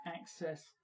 access